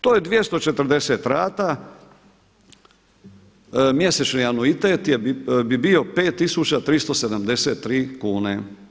To je 240 rata, mjesečni anuitet bi bio 5373 kune.